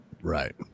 right